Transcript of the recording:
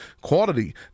Quality